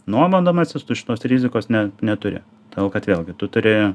nuomodamasis tu šitos rizikos ne neturi todėl kad vėlgi tu turi